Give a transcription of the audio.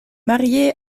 mariée